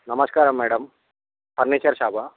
నమస్కారం madam furniture షాపా